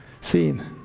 seen